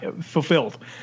fulfilled